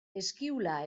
eskiula